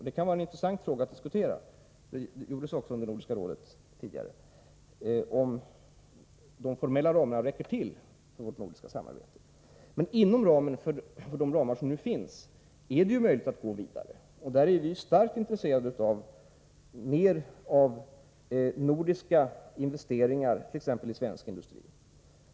Det kan vara en intressant fråga att diskutera — och det gjordes också under Nordiska rådets session tidigare i år — om de formella ramarna räcker till för det nordiska samarbetet. Inom de ramar som nu finns är det möjligt att gå vidare. Vi har stort intresse för fler nordiska investeringar, t.ex. i svensk industri.